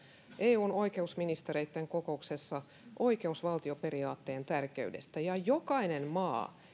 eun oikeusministereitten kokouksessa oikeusvaltioperiaatteen tärkeydestä jokainen maa